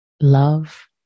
love